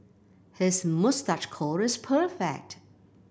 his moustache curl is perfect